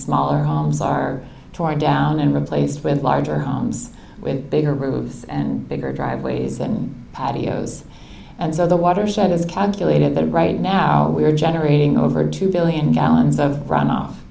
smaller homes are torn down and replaced with larger homes with bigger roofs and bigger driveways than patios and so the watershed is calculated that right now we are generating over two billion gallons of runoff